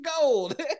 gold